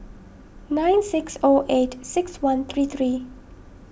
nine six O eight six one three three